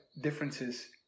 differences